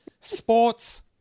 sports